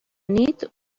nit